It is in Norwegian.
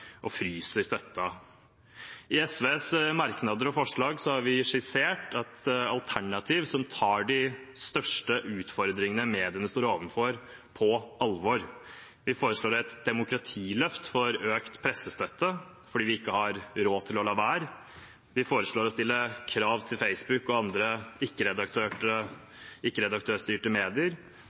og fryser støtten. I SVs merknader og forslag har vi skissert et alternativ som tar de største utfordringene mediene står overfor, på alvor. Vi foreslår et demokratiløft for økt pressestøtte fordi vi ikke har råd til å la være. Vi foreslår å stille krav til Facebook og andre ikke-redaktørstyrte medier.